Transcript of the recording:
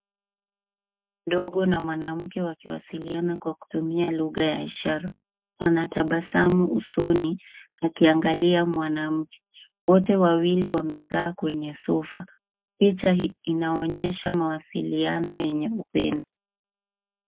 Mtoto mdogo na mwanamke wakiwasiliana kwa kutumia lugha ya ishara. Ana tabasamu usoni akiangalia mwanamke. Wote wawili wamekaa kwenye sofa. Picha hii inaonyesha mawasiliano yenye upendo.